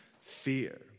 Fear